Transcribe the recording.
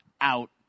out